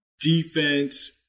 defense